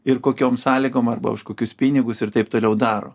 ir kokiom sąlygom arba už kokius pinigus ir taip toliau daro